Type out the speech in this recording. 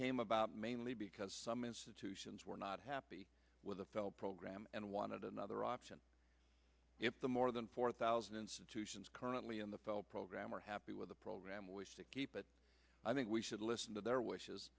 came about mainly because some institutions were not happy with the felt program and wanted another option if the more than four thousand institutions currently in the pell program or have with the program wish to keep but i think we should listen to their wishes